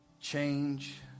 change